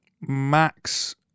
Max